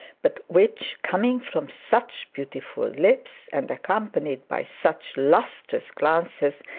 but which coming from such beautiful lips, and accompanied by such lustrous glances,